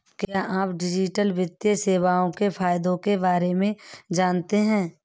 क्या आप डिजिटल वित्तीय सेवाओं के फायदों के बारे में जानते हैं?